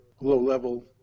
low-level